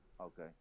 Okay